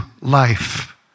life